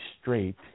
straight